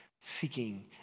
seeking